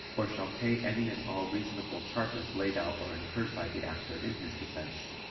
or shall pay any and all reasonable charges laid out or incurred by the actor in his defense,